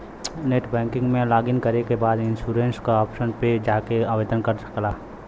net banking में login करे के बाद इन्शुरन्स के ऑप्शन पे जाके आवेदन कर सकला